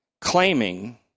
claiming